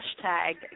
hashtag